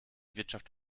wirtschaft